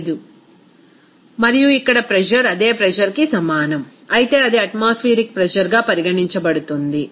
15 మరియు ఇక్కడ ప్రెజర్ అదే ప్రెజర్ కి సమానం అయితే అది అట్మాస్ఫెయరిక్ ప్రెజర్ గా పరిగణించబడుతుంది